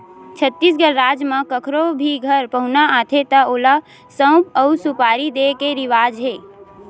छत्तीसगढ़ राज म कखरो भी घर पहुना आथे त ओला सउफ अउ सुपारी दे के रिवाज हे